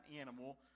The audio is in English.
animal